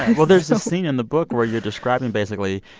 well, there's a scene in the book where you're describing, basically,